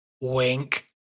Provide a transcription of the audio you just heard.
Wink